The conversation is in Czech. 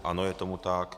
Ano, je tomu tak.